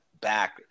back